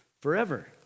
forever